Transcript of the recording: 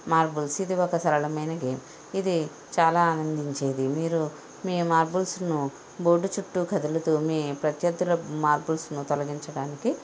marbles ఇది ఒక సరళమైన గేమ్ ఇది చాలా ఆనందించేది మీరు మార్బుల్స్ను బోర్డు చుట్టూ కదులుతూ మీ ప్రత్యర్థుల మార్బుల్స్ను తొలగించడానికి